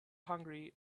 hungry